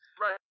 right